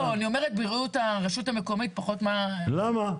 בריאות הרשות המקומית פחות --- למה?